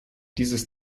dieses